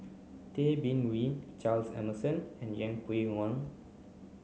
Tay Bin Wee Charles Emmerson and Yeng Pway Ngon